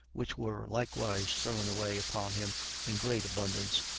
which were likewise thrown away upon him in great abundance,